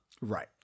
Right